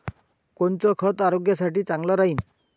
कोनचं खत आरोग्यासाठी चांगलं राहीन?